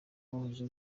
woroheje